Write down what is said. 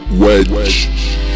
Wedge